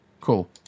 cool